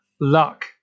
luck